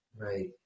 right